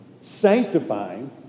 sanctifying